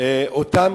אותם